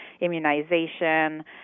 immunization